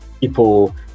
people